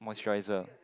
moisturizer